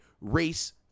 race